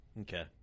Okay